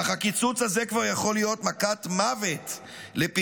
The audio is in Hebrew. אך הקיצוץ הזה כבר יכול להיות מכת מוות לפעילותן.